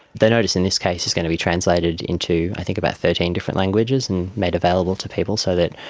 the notice in this case is going to be translated into i think about thirteen different languages and made available to people so that,